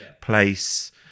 place